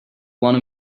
one